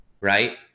Right